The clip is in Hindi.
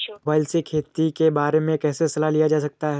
मोबाइल से खेती के बारे कैसे सलाह लिया जा सकता है?